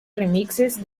remixes